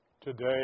Today